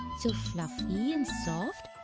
so fluffy and soft,